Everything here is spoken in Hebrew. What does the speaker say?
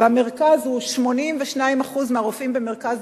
במרכז הוא 82% מהרופאים במרכז